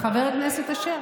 חבר הכנסת אשר,